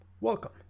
welcome